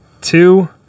two